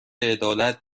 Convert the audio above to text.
عدالت